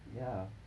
ya